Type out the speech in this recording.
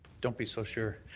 don't be so sure.